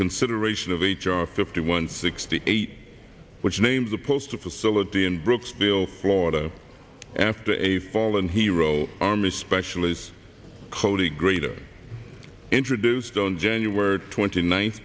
consideration of h r fifty one sixty eight which named the postal facility in brooksville florida after a fallen hero army specialist cody grader introduced on january twenty ninth